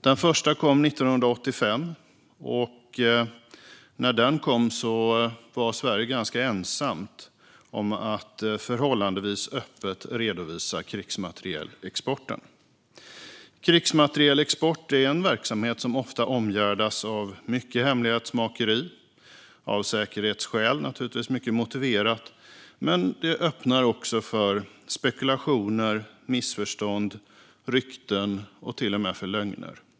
Den första kom 1985, och när den kom var Sverige ganska ensamt om att förhållandevis öppet redovisa krigsmaterielexporten. Krigsmaterielexport är en verksamhet som ofta omgärdas av mycket hemlighetsmakeri. Av säkerhetsskäl är det naturligtvis mycket motiverat, men det öppnar också för spekulationer, missförstånd, rykten och till och med lögner.